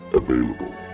available